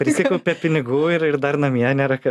prisikaupė pinigų ir ir dar namie nėra ką